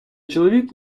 чоловік